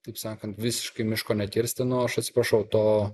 taip sakant visiškai miško nekirsti nu aš atsiprašau to